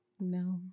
No